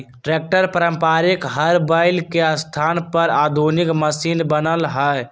tractor पारम्परिक हर बैल के स्थान पर आधुनिक मशिन बनल हई